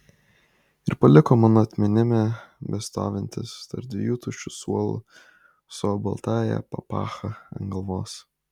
ir paliko mano atminime bestovintis tarp dviejų tuščių suolų su savo baltąja papacha ant galvos